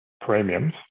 premiums